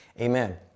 amen